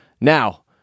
Now